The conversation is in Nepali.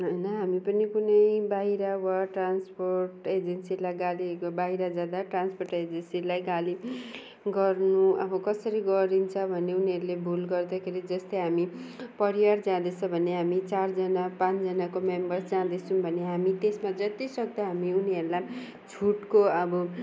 होइन हामी पनि कुनै बाहिर वा ट्रान्सपोर्ट एजेन्सीलाई गाली बाहिर जाँदा ट्रान्सपोर्ट एजेन्सीलाई गाली गर्नु अब कसरी गरिन्छ भने उनीहरूले भूल गर्दाखेरि जस्तै हामी परिवार जाँदैछ भने हामी चारजना पाँचजनाको मेम्बर जाँदैछौँ भने हामी त्यसमा जति सक्दो हामी उनीहरूलाई पनि छुटको अब